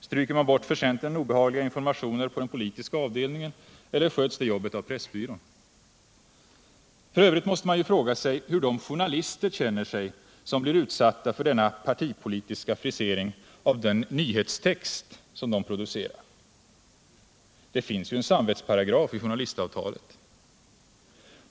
Stryker man bort för centern obehagliga informationer på den politiska avdelningen eller sköts det jobbet av pressbyrån? F. ö. måste man fråga sig hur de journalister känner sig som blir utsatta för denna partipolitiska frisering av den nyhetstext de producerar; det finns ju en samvetsparagraf i journalistavtalet.